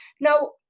Now